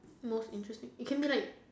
most interesting it can be like